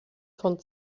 von